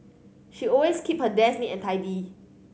she always keep her desk neat and tidy